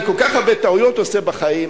כל כך הרבה טעויות אני עושה בחיים.